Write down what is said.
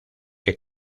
que